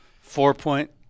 four-point